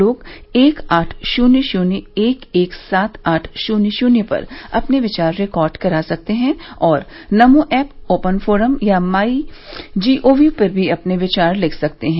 लोग एक आठ शून्य शून्य एक एक सात आठ शून्य शून्य पर अपने विचार रिकॉर्ड करा सकते हैं और नमो ऐप ओपन फोरम या माई जीओवी पर भी अपने विचार लिख सकते हैं